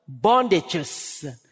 bondages